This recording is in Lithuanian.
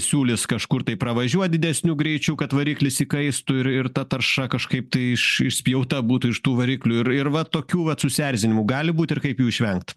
siūlys kažkur tai pravažiuot didesniu greičiu kad variklis įkaistų ir ir ta tarša kažkaip tai iš išspjauta būtų iš tų variklių ir ir va tokių va susierzinimų gali būt ir kaip jų išvengt